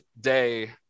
day